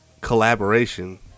collaboration